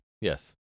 yes